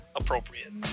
appropriate